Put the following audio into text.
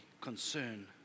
concern